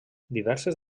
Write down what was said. diverses